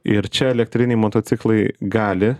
ir čia elektriniai motociklai gali